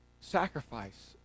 sacrifice